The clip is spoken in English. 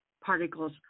particles